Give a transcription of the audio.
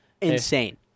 Insane